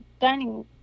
dining